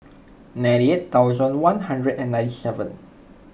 ninety eight thousand one hundred and ninety seven